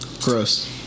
Gross